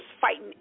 fighting